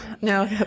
no